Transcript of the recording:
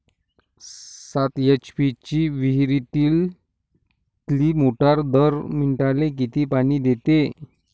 सात एच.पी ची विहिरीतली मोटार दर मिनटाले किती पानी देते?